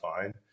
fine